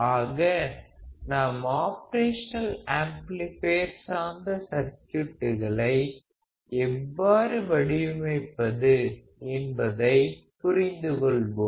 ஆக நாம் operational amplifier சார்ந்த சர்க்யூட்களை எவ்வாறு வடிவமைப்பது என்பதைப் புரிந்து கொள்வோம்